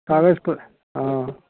कागजपर हँ